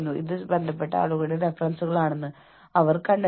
പക്ഷേ ഇവ വളരെ ലളിതമായ കാര്യങ്ങളാണ് അവ നിങ്ങളെ സമ്മർദ്ദം ഒഴിവാക്കാൻ സഹായിക്കുന്നു